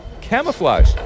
camouflage